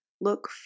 look